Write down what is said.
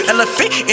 Elephant